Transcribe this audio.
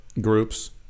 groups